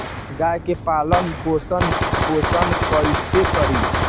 गाय के पालन पोषण पोषण कैसे करी?